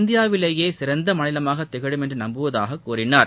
இந்தியாவிலேயே சிறந்த மாநிலமாகத் திகழும் என்று நம்புவதாகக் கூறினார்